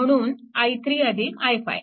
म्हणून i3 i5